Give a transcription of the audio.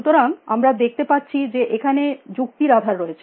সুতরাং আমরা দেখতে পারছি যে এখানে যুক্তির আধার রয়েছে